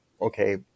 okay